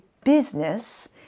business